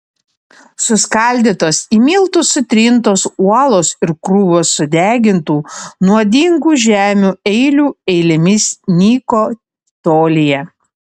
suskaldytos į miltus sutrintos uolos ir krūvos sudegintų nuodingų žemių eilių eilėmis nyko tolyje